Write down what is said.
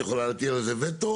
זה נקרא בעגה חלקה א'